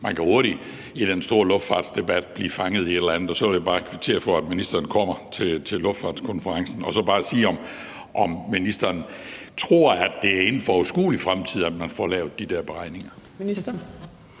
man kan hurtigt i den store luftfartsdebat blive fanget i et eller andet, og der vil jeg bare kvittere for, at ministeren kommer til luftfartskonferencen. Så vil jeg bare spørge, om ministeren tror, at det er inden for overskuelig fremtid, at man får lavet de der beregninger. Kl.